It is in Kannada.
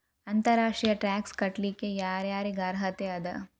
ಅಂತರ್ ರಾಷ್ಟ್ರೇಯ ಟ್ಯಾಕ್ಸ್ ಕಟ್ಲಿಕ್ಕೆ ಯರ್ ಯಾರಿಗ್ ಅರ್ಹತೆ ಅದ?